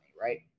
right